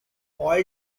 oil